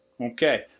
Okay